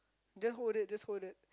just hold it just hold it